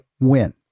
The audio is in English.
win